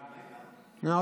הינה,